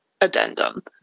addendum